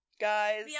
guys